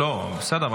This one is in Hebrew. בסדר,